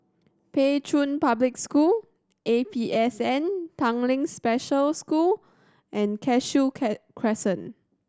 Pei Chun Public School A P S N Tanglin Special School and Cashew K Crescent